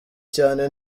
cyane